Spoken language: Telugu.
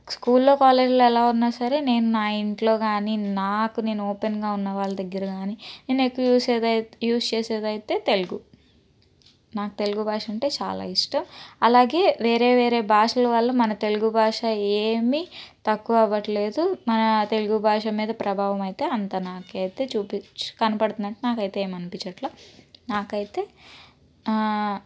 స్కూల్లో కాలేజ్లో ఎలా ఉన్నా సరే నేను నా ఇంట్లో కాని నాకు నేను ఓపెన్గా ఉన్న వాళ్ళ దగ్గర కాని నేనెక్కువ యూస్ చేసేది యూస్ చేసేదైతే తెలుగు నాకు తెలుగు భాష అంటే చాలా ఇష్టం అలాగే వేరే వేరే భాషల వాళ్ళు మన తెలుగు భాష ఏమి తక్కువ అవ్వట్లేదు మన తెలుగు భాష మీద ప్రభావం అయితే అంత నాకైతే చూపించు కనబడుతున్నట్లయితే నాకైతే ఏమనిపించట్లేదు నాకైతే